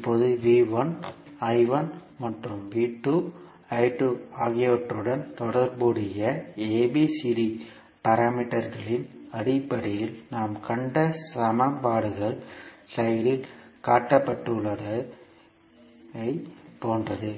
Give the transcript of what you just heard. இப்போது மற்றும் ஆகியவற்றுடன் தொடர்புடைய ABCD பாராமீட்டர்களின் அடிப்படையில் நாம் கண்ட சமன்பாடுகள் ஸ்லைடில் காட்டப்பட்டுள்ளதைப் போன்றது